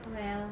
wells